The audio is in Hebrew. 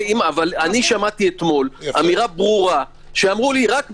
אבל שמעתי אתמול אמירה ברורה שאמרו לי רק בצימוד.